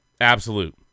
Absolute